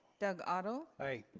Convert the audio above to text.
doug otto? aye.